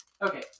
Okay